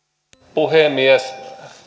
puhemies